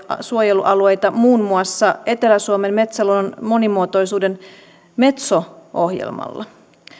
suojelualueita muun muassa etelä suomen metsäluonnon monimuotoisuuden metso ohjelmalla